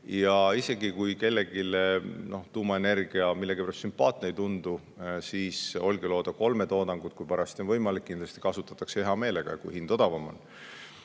Ja isegi kui kellelegi tuumaenergia millegipärast sümpaatne ei tundu, siis Olkiluoto 3 toodangut, kui parajasti on võimalik, kindlasti kasutatakse hea meelega, kui hind on odavam.